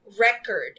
record